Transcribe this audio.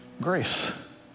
grace